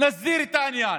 נסדיר את העניין.